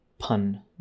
Pun